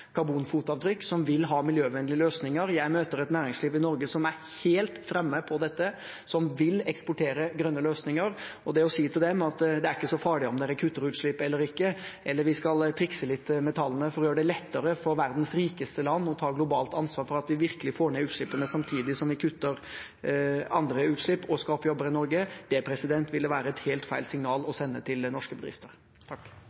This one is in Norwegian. karbonfotavtrykk, og som vil ha miljøvennlige løsninger. Jeg møter et næringsliv i Norge som er helt framme på dette, som vil eksportere grønne løsninger. Å si til dem at det er ikke så farlig om dere kutter utslipp eller ikke, eller at vi skal trikse litt med tallene, for å gjøre det lettere for verdens rikeste land å ta globalt ansvar for at vi virkelig får ned utslippene, samtidig som vi kutter andre utslipp og skaper jobber i Norge – det ville være et helt feil signal å